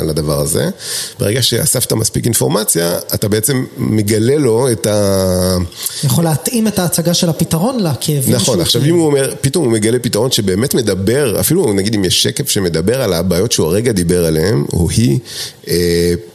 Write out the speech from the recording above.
על הדבר הזה. ברגע שאספת מספיק אינפורמציה, אתה בעצם מגלה לו את ה... יכול להתאים את ההצגה של הפתרון לה, כי הבין שהוא... נכון, עכשיו אם הוא אומר, פתאום הוא מגלה פתרון שבאמת מדבר, אפילו נגיד אם יש שקף שמדבר על הבעיות שהוא הרגע דיבר עליהן, או היא...